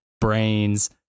brains